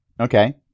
Okay